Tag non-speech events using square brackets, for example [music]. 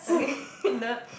okay [laughs] the